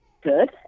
good